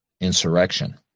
insurrection